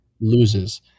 loses